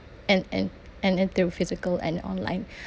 and and and and through physical and online